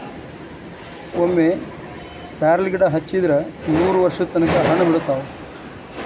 ಒಮ್ಮೆ ಪ್ಯಾರ್ಲಗಿಡಾ ಹಚ್ಚಿದ್ರ ನೂರವರ್ಷದ ತನಕಾ ಹಣ್ಣ ಬಿಡತಾವ